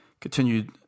Continued